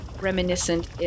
reminiscent